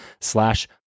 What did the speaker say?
slash